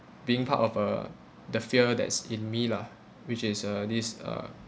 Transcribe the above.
being part of a the fear that is in me lah which is uh this uh